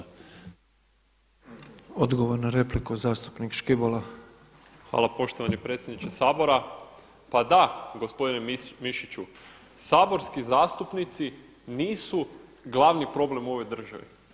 Hvala poštovani predsjedniče Sabora, pa da gospodine Mišiću, saborski zastupnici nisu glavni problem u ovoj državi.